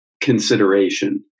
consideration